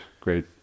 great